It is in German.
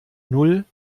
null